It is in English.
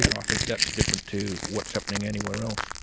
and i think that's different to what's happening anywhere else.